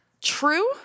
True